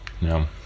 No